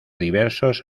diversos